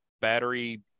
battery